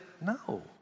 No